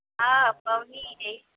हँ पाबनि हइ